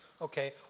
okay